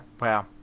wow